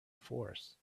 force